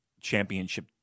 championship